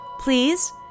Please